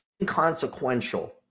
inconsequential